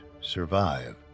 survive